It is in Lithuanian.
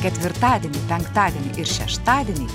ketvirtadienį penktadienį ir šeštadienį